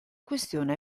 questione